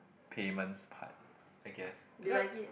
payments part I guess actually